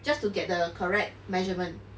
just to get the correct measurement